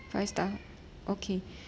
five star okay uh